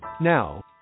Now